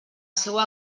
seua